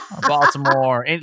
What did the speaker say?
Baltimore